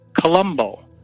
colombo